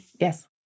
Yes